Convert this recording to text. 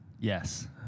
yes